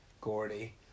Gordy